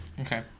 Okay